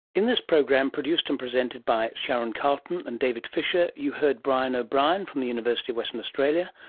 in this program produced and presented by sharon carleton and david fisher you heard brian o'brien, from the university of western australia,